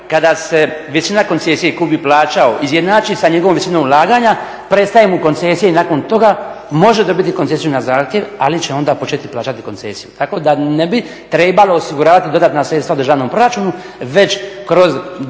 kada se visina koncesija tko bi plaćao izjednači sa njegovom visinom ulaganja prestaje mu koncesija i nakon toga može dobiti koncesiju na zahtjev ali će onda početi plaćati koncesiju. Tako da ne bi trebalo osiguravati dodatna sredstva državnom proračunu već kroz